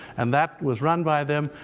and that was run by them.